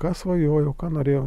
ką svajojau ką norėjau